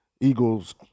Eagles